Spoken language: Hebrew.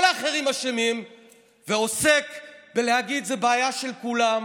האחרים אשמים ועוסק בלהגיד "זה בעיה של כולם".